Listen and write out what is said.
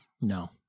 no